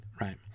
Right